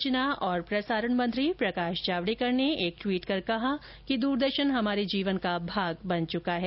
सूचना और प्रसारण मंत्री प्रकाश जावड़ेकर ने एक ट्वीट कर कहा कि दूरदर्शन हमारे जीवन का भाग बन चुका है